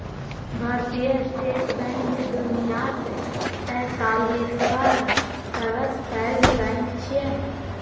भारतीय State Bank दुनियाक तैंतालिसवां सबसं पैघ बैंक छियै